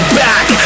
back